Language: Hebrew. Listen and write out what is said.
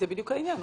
הוא